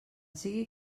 sigui